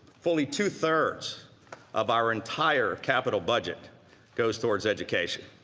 fully two-thirds of our entire capital budget goes towards education.